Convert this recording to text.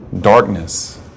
darkness